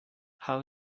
how